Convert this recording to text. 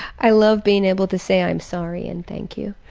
i love being able to say i'm sorry and thank you.